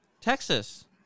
Texas